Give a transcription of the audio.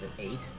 Eight